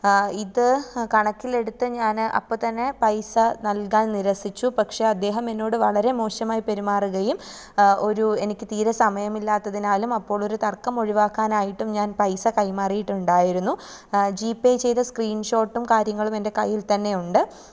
ഇതു കണക്കിലെടുത്ത ഞാൻ അപ്പോൾ തന്നെ പൈസ നൽകാൻ നിരസിച്ചു പക്ഷെ അദ്ദേഹം എന്നോടു വളരെ മോശമായി പെരുമാറുകയും ഒരു എനിക്കു തീരെ സമയമില്ലാത്തതിനാലും അപ്പോൾ ഒരു തർക്കം ഒഴിവാക്കാൻ ആയിട്ടും ഞാൻ പൈസ കൈമാറിയിട്ടുണ്ടായിരുന്നു ജി പേ ചെയ്ത സ്ക്രീൻ ഷോട്ടും കാര്യങ്ങളും എൻ്റെ കയ്യിൽ തന്നെയുണ്ട്